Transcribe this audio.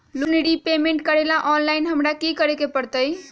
Loan repayment करेला online हमरा की करे के परतई?